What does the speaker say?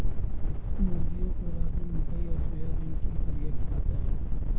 मुर्गियों को राजू मकई और सोयाबीन की पुड़िया खिलाता है